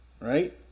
right